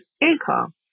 Income